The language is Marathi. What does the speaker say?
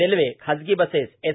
रेल्वे खासगी बसेस एस